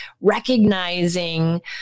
recognizing